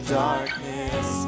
darkness